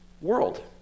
world